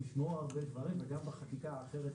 נשמעו הרבה דברים וגם בחקיקה האחרת,